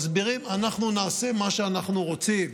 אנחנו נעשה מה שאנחנו רוצים,